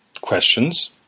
questions